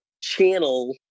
channel